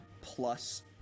plus